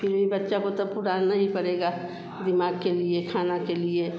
फिर भी बच्चे को तो पु डालना ही पड़ेगा दिमाग़ के लिए खाने के लिए